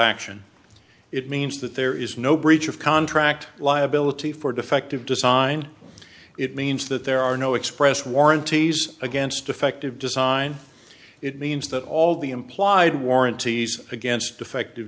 action it means that there is no breach of contract liability for defective design it means that there are no express warranties against defective design it means that all the implied warranties against defective